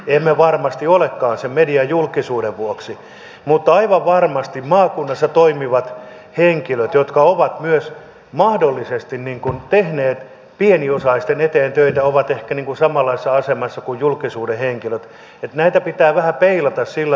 emme varmasti olekaan sen mediajulkisuuden vuoksi mutta aivan varmasti maakunnassa toimivat henkilöt jotka ovat mahdollisesti myös tehneet pieniosaisten eteen töitä ovat ehkä samanlaisessa asemassa kuin julkisuuden henkilöt näitä pitää vähän peilata sillä lailla